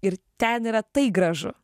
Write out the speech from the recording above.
ir ten yra tai gražu